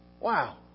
Wow